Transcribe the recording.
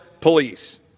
police